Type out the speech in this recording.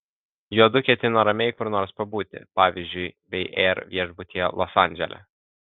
juodu ketino ramiai kur nors pabūti pavyzdžiui bei air viešbutyje los andžele